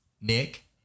Nick